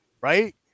right